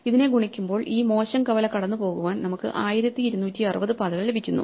ഇതിനെ ഗുണിക്കുമ്പോൾ ഈ മോശം കവല കടന്നുപോകുവാൻ നമുക്ക് 1260 പാതകൾ ലഭിക്കുന്നു